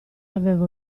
avevo